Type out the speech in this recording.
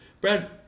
Brad